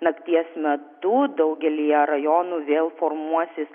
nakties metu daugelyje rajonų vėl formuosis